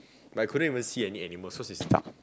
but I couldn't even see any animals cause is dark